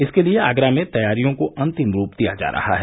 इसके लिए आगरा में तैयारियों को अंतिम रूप दिया जा रहा है